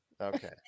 Okay